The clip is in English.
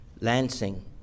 Lansing